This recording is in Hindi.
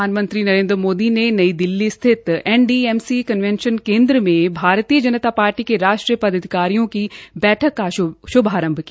प्रधानमंत्री नरेन्द्र मोदी ने नई दिल्ली स्थित एनडीएमसी कनवेंशन केन्द्र में भारतीय जनता पार्टी के राष्ट्रीय पदाधिकारियों की बैठक का श्भारंभ किया